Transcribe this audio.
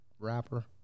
Rapper